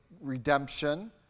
redemption